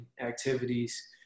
activities